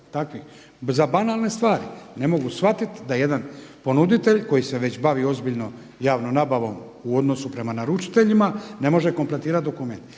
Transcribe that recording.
za banalne stvari. Ne mogu shvatiti da jedan ponuditelj koji se već bavi ozbiljno javnom nabavom u odnosu prema naručiteljima ne može kompletirati dokument.